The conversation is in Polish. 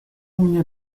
mnie